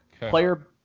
Player